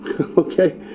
Okay